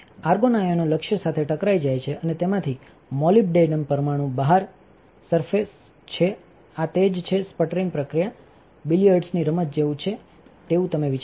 argon આયનો લક્ષ્ય સાથે ટકરાઈ જાય છે અને તેમાંથી મોલિબ્ડનમ પરમાણુ બહાર કા surfaceે છે આ તે જ છે સ્પટરિંગ પ્રક્રિયા બિલિયર્ડ્સની રમત જેવું જ છે તેવું તમે વિચારો છો